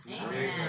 Amen